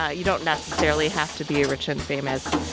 ah you don't necessarily have to be ah rich and famous.